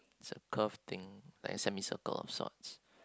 it's a curve thing like a semi circle or sorts